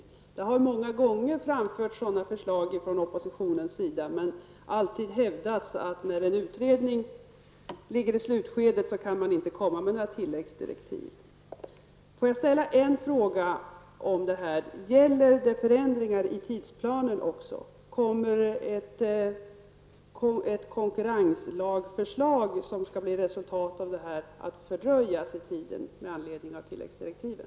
Det har många gånger framförts sådana förslag från oppositionens sida, men det har alltid hävdats att när en utredning befinner sig i slutskedet kan man inte komma med några tilläggsdirektiv. Gäller det här även förändringar i tidsplanen? Kommer ett konkurrenslagförslag som skall bli resultatet att fördröjas i tiden med anledning av tilläggsdirektiven?